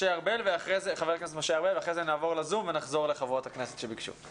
משה ארבל ואחרי זה נעבור לזום ונחזור לחברות הכנסת שביקשו לדבר.